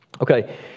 Okay